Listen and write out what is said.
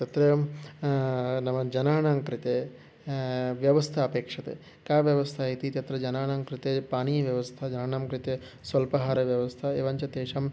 तत्रेवं नाम जनानां कृते व्यवस्था अपेक्षते का व्यवस्था इति तत्र जनानां कृते पानीयव्यवस्था जनानां कृते स्वल्पाहार व्यवस्था एवञ्च तेषाम्